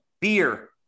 beer